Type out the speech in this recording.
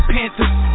Panthers